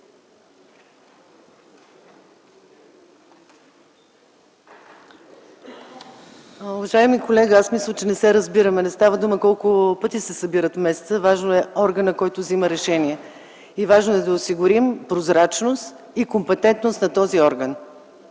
Уважаеми колега, аз мисля, че не се разбираме. Не става дума колко пъти се събират в месеца, важен е органът, който взема решение. Важно е да осигурим прозрачност и компетентност на този орган.